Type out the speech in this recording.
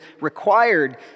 required